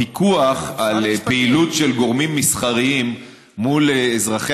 הפיקוח על פעילות של גורמים מסחריים מול אזרחי